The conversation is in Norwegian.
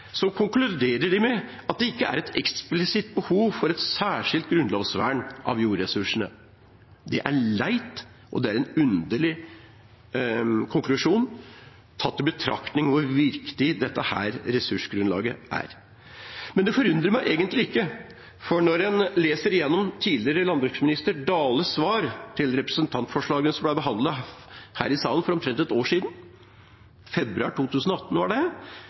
konkluderer de med at det ikke er et eksplisitt behov for et særskilt grunnlovsvern av jordressursene. Det er leit, og det er en underlig konklusjon tatt i betraktning hvor viktig dette ressursgrunnlaget er. Men det forundrer meg egentlig ikke, for når en leser gjennom tidligere landbruksminister Dales svar til representantforslagene som ble behandlet her i salen for omtrent et år siden, i februar 2018,